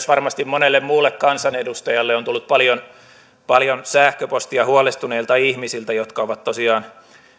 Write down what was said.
varmasti myös monelle muulle kansanedustajalle on tullut paljon paljon sähköpostia huolestuneilta ihmisiltä jotka ovat tosiaan